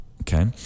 Okay